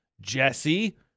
Jesse